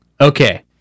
Okay